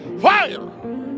fire